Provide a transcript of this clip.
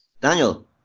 Daniel